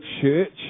church